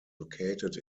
located